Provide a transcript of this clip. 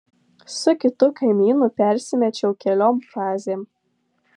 su kitu kaimynu persimečiau keliom frazėm